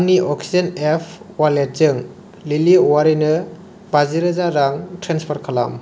आंनि Oxigen app वालेटजों लिलि औवारिनो बाजिरोजा रां ट्रेन्सफार खालाम